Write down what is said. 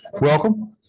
welcome